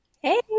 Hey